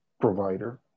provider